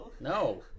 No